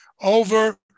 over